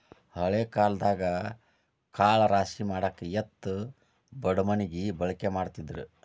ಹಳೆ ಕಾಲದಾಗ ಕಾಳ ರಾಶಿಮಾಡಾಕ ಎತ್ತು ಬಡಮಣಗಿ ಬಳಕೆ ಮಾಡತಿದ್ರ